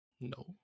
No